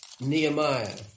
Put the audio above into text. Nehemiah